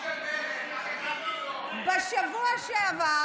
בשבוע שעבר